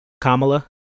Kamala